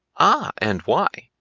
ah, and why?